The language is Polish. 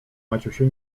maciusiu